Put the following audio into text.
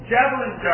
Javelin